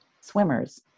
Swimmers